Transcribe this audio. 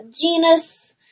genus